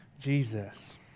Jesus